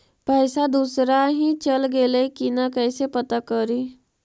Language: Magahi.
पैसा दुसरा ही चल गेलै की न कैसे पता करि?